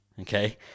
okay